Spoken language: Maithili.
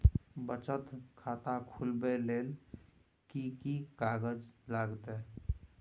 बचत खाता खुलैबै ले कि की कागज लागतै?